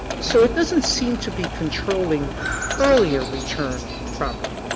so it doesn't seem to be controlling earlier return of property,